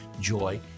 joy